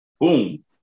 Boom